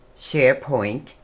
SharePoint